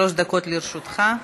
בבקשה, שלוש דקות לרשותך.